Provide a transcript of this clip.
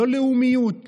לא לאומיות,